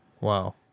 Wow